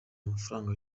amafaranga